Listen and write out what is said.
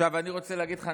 עכשיו אני רוצה להגיד לך,